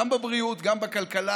גם בבריאות, גם בכלכלה.